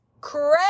Crazy